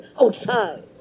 outside